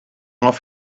off